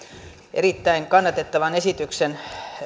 erittäin kannatettavan esityksen